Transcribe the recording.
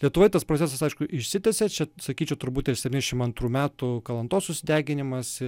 lietuvoj tas procesas aišku išsitęsė čia sakyčiau turbūt ir septyniasdešimt antrų metų kalantos susideginimas